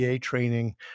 training